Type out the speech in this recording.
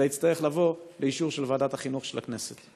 אלא יצטרך לבוא לאישור של ועדת החינוך של הכנסת.